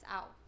out